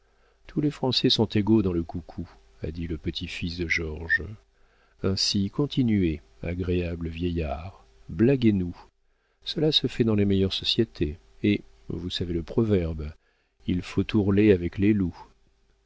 tous les français sont égaux dans le coucou a dit le petit-fils de georges ainsi continuez agréable vieillard blaguez nous cela se fait dans les meilleures sociétés et vous savez le proverbe il faut ourler avec les loups